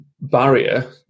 barrier